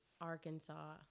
Arkansas